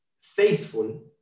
faithful